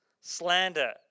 slander